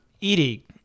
eating